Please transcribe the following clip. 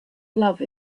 love